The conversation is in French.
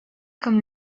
comme